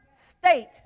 state